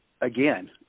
again